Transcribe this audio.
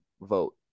vote